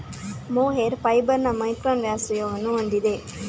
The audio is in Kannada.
ಮೊಹೇರ್ ಫೈಬರ್ ಮೈಕ್ರಾನ್ ವ್ಯಾಸವನ್ನು ಹೊಂದಿದೆ